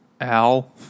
Al